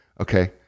okay